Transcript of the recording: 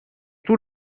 tout